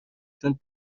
چون